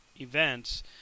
events